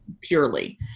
Purely